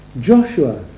Joshua